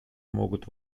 могут